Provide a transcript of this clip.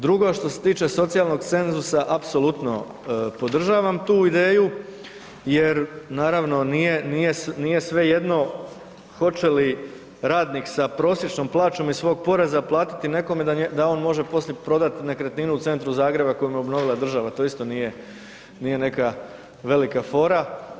Drugo, što se tiče socijalnog cenzusa, apsolutno podržavam tu ideju jer naravno, nije svejedno hoće li radnik sa prosječnom plaćom iz svog poreza platiti nekome da on može prodati nekretninu u centru Zagreba koji mu je obnovila država, to isto nije neka velika fora.